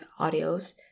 audios